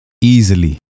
easily